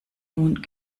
nun